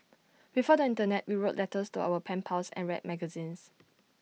before the Internet we wrote letters to our pen pals and read magazines